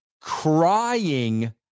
crying